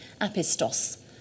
apistos